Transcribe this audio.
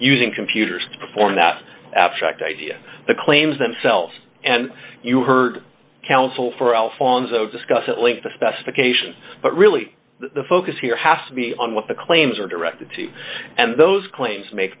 using computers to perform that abstract idea the claims themselves and you heard counsel for alfonzo discuss that link the specification but really the focus here has to be on what the claims are directed to and those claims make